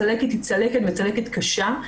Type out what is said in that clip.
הצלקת היא צלקת, צלקת קשה.